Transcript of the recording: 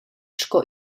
sco